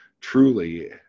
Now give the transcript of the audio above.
truly